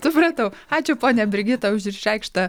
supratau ačiū ponia brigita už išreikštą